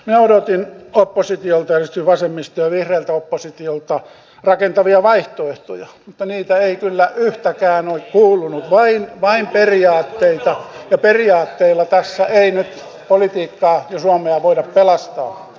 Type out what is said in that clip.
minä odotin oppositiolta ja erityisesti vasemmistolta ja vihreältä oppositiolta rakentavia vaihtoehtoja mutta niitä ei kyllä yhtäkään ole kuulunut vain periaatteita ja periaatteilla tässä ei nyt politiikkaa ja suomea voida pelastaa